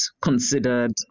considered